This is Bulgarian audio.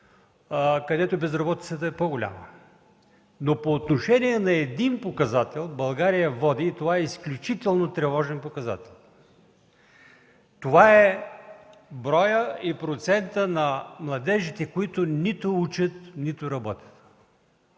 където безработицата е по-голяма. Но по отношение на един показател България води и това е изключително тревожен показател – броят и процентът на младежите, които нито учат, нито работят.